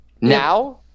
Now